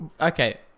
Okay